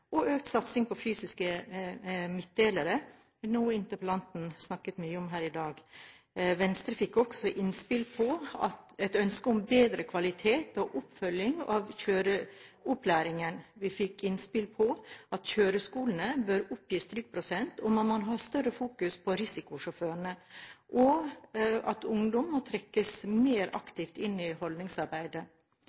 og økt satsing på fysiske midtdelere, noe interpellanten snakket mye om her i dag. Venstre fikk også innspill på et ønske om bedre kvalitet og oppfølging av kjøreopplæringen. Vi fikk innspill på at kjøreskolene bør oppgi strykprosent, at man må ha større fokus på risikosjåførene, og at ungdom må trekkes mer aktivt med i holdningsarbeidet.